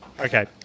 Okay